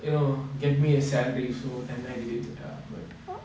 you know get me a salary so and I did it ah but